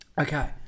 Okay